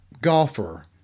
golfer